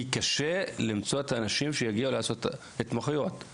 קשה למצוא את האנשים שיגיעו לעשות את ההתמחויות.